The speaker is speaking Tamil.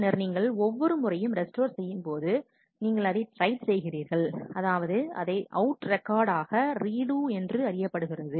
பின்னர் நீங்கள் ஒவ்வொரு முறையும் ரெஸ்டோர் செய்யும்போது நீங்கள் அதை ரைட் செய்கிறீர்கள் அதாவது அதை அவுட் ரெக்கார்ட் ஆக ரீடு என்று அறியப்படுகிறது